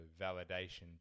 validation